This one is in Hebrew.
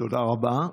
תודה רבה.